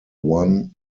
one